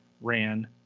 Ran